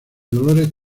dolores